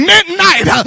Midnight